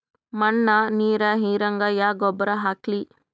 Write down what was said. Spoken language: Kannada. ಮಣ್ಣ ನೀರ ಹೀರಂಗ ಯಾ ಗೊಬ್ಬರ ಹಾಕ್ಲಿ?